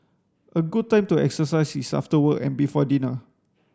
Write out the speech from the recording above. a good time to exercise is after work and before dinner